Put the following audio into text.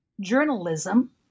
journalism